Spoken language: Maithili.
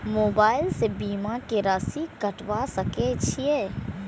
मोबाइल से बीमा के राशि कटवा सके छिऐ?